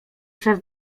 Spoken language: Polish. przed